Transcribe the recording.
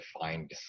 defined